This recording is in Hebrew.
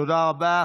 תודה רבה.